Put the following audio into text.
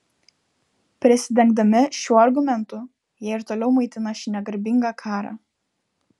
prisidengdami šiuo argumentu jie ir toliau maitina šį negarbingą karą